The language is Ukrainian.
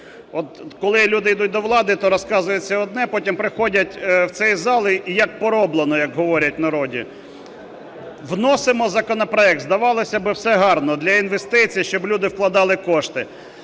от коли люди йдуть до влади, то розказується одне, потім приходять в цей зал – і як пороблено, як говорять в народі. Вносимо законопроект, здавалося би, все гарно для інвестицій, щоб люди вкладали кошти,